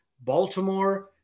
Baltimore